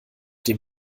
dem